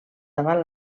davant